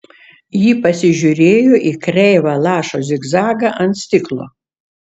ji pasižiūrėjo į kreivą lašo zigzagą ant stiklo